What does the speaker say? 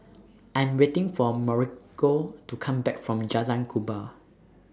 I Am waiting For Mauricio to Come Back from Jalan Kubor